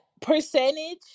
percentage